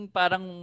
parang